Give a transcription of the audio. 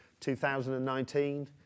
2019